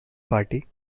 party